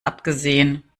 abgesehen